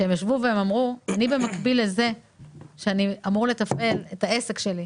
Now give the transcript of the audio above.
הם אמרו שבמקביל לזה שהם אמורים לתפעל את העסקים שלהם,